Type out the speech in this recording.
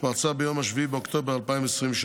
שפרצה ביום 7 באוקטובר 2023,